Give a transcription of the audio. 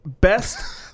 best